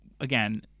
again